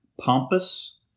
pompous